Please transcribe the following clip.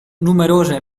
numerose